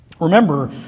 Remember